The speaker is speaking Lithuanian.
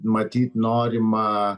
matyt norima